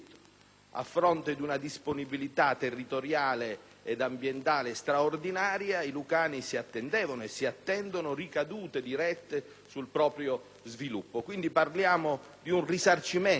A fronte di una disponibilità territoriale e ambientale straordinaria, i lucani si attendevano e si attendono ricadute dirette sul proprio sviluppo, quindi parliamo di un risarcimento